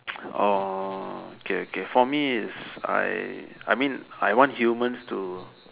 orh okay okay for me is I I mean I want humans to